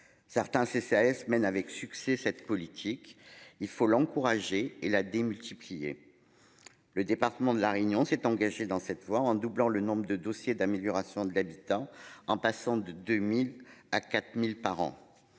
certains CCAS mène avec succès cette politique il faut l'encourager et la démultiplier. Le département de la réunion, s'est engagé dans cette voie en doublant le nombre de dossiers d'amélioration de l'habitant en passant de 2000 à 4000 par an.